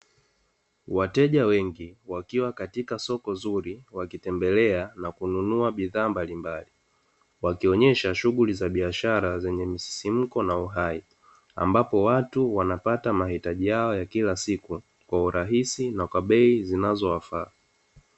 Wateja wengi wakiwa katika soko zuri, wakitembelea na kununua bidhaa mbalimbali, wakionyesha shughuli za biashara zenye msisimko na uhai, ambapo watu wanapata mahitaji yao ya kila siku kwa urahisi na kwa bei zinazowafaa.